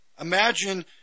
Imagine